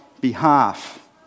behalf